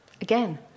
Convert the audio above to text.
Again